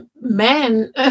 men